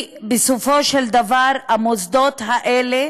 בסופו של דבר המוסדות האלה,